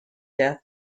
death